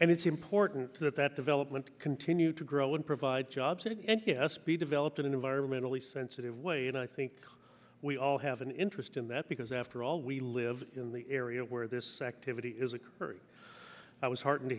and it's important that that development continue to grow and provide jobs and if yes be developed in an environmentally sensitive way and i think we all have an interest in that because after all we live in the area where this activity is occurring i was heartened to